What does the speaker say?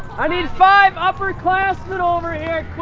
i need five upperclassmen over here,